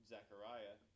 Zechariah